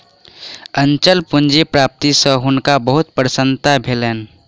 अचल पूंजी प्राप्ति सॅ हुनका बहुत प्रसन्नता भेलैन